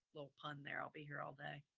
little pun there. i'll be here all day.